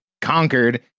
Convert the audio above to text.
conquered